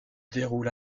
déroule